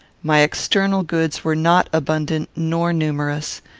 my external goods were not abundant nor numerous,